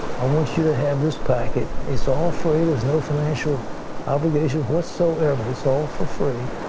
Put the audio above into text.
ah want you to have this packet. it's all free. there's no financial obligation whatsoever. it's all for free.